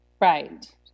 right